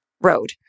road